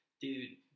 Dude